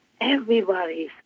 everybody's